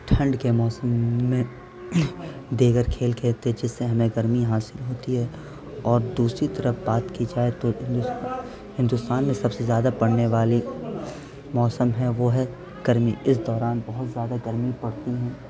ٹھنڈ کے موسم میں دیگر کھیل کھیلتے ہیں جس سے ہمیں گرمی حاصل ہوتی ہے اور دوسری طرف بات کی جائے تو ہندوستان میں سب سے زیادہ پڑھنے والی موسم ہیں وہ ہے گرمی اس دوران بہت زیادہ گرمی پڑتی ہیں